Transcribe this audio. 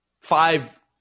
five